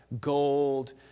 gold